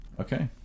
Okay